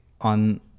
on